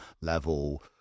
level